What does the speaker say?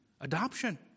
adoption